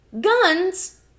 guns